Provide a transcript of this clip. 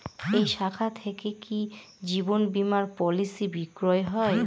এই শাখা থেকে কি জীবন বীমার পলিসি বিক্রয় হয়?